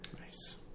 Nice